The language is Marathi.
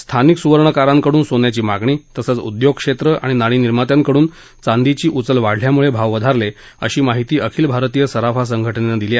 स्थानिक सुवर्णकारां कडून सोन्याची मागणी तसच उद्योगक्षेत्र आणि नाणी निर्मात्यांकडून चांदीची उचल वाढल्यामुळे भाव वधारले अशी माहिती अखिल भारतीय सराफा संघटनेनं दिली